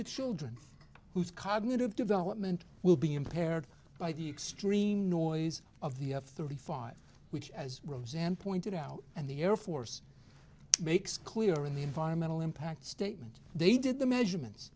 the children whose cognitive development will be impaired by the extreme noise of the f thirty five which as rosanne pointed out and the air force makes clear in the environmental impact statement they did the measurements